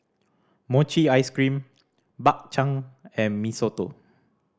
mochi ice cream Bak Chang and Mee Soto